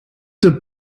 der